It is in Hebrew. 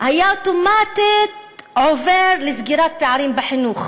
היה עובר אוטומטית לסגירת פערים בחינוך,